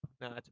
no